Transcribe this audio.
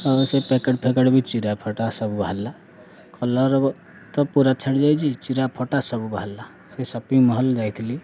ଆଉ ସେ ପକେଟ୍ ଫକେଟ୍ ବି ଚିରା ଫଟା ସବୁ ବାହାରିଲା କଲର୍ ତ ପୁରା ଛାଡ଼ିଯାଇଛି ଚିରା ଫଟା ସବୁ ବାହାରିଲା ସେ ସପିଙ୍ଗ ମଲ୍ ଯାଇଥିଲି